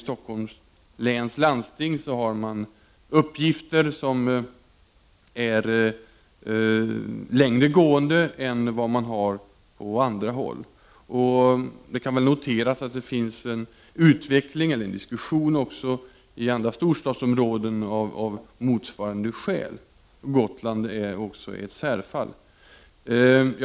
Stockholms läns landsting har ju uppgifter som är längre gående än vad man har på andra håll i landet. Det kan noteras att det förs en diskussion också i andra storstadsområden av motsvarande skäl. Även Gotland är ett särfall.